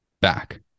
back